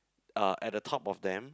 uh at the top of them